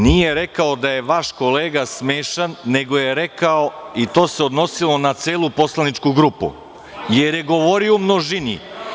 Nije rekao da je vaš kolega smešan, nego je rekao, i to se odnosilo na celu poslaničku grupu, jer je govorio u množini.